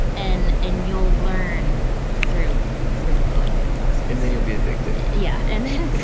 and and you'll learn through through going through the process. and then you'll be addicted. yeah, and